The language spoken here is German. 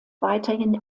weiterhin